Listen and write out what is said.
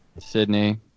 Sydney